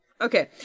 Okay